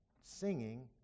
singing